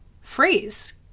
phrase